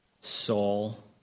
soul